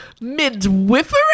Midwifery